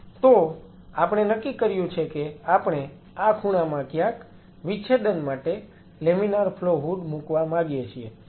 તો આપણે નક્કી કર્યું છે કે આપણે આ ખૂણામાં ક્યાંક વિચ્છેદન માટે લેમિનાર ફ્લો હૂડ મૂકવા માગીએ છીએ